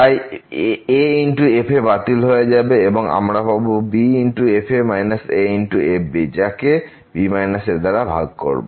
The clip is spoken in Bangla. তাই a f বাতিল হয়ে যাবে এবং আমরা পাব b f a a f যাকে b a দ্বারা ভাগ করব